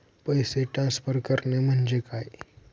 पैसे ट्रान्सफर करणे म्हणजे काय?